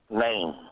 name